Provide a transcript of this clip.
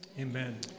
Amen